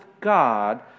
God